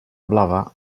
blava